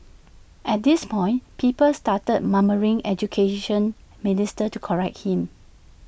at this point people started murmuring Education Minister to correct him